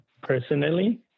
personally